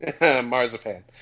Marzipan